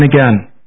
again